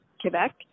Quebec